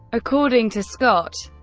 according to scott,